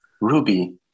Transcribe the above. Ruby